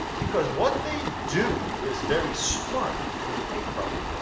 because what they do is very smart. if you really think about it,